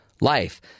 life